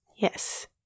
Yes